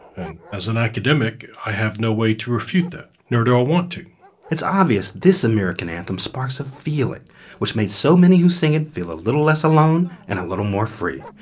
and as an academic, i have no way to refute that, nor do i want to it's obvious this american anthem sparks of feeling which made so many who sing it feel a little less alone and a little more free,